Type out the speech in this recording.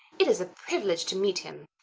it is a privilege to meet him.